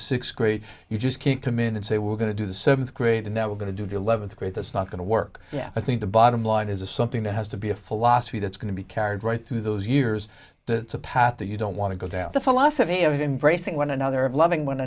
sixth grade you just can't come in and say we're going to do the seventh grade and that we're going to do the eleventh grade that's not going to work i think the bottom line is something that has to be a philosophy that's going to be carried right through those years the path that you don't want to go down the philosophy of embracing one another and loving one